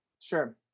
sure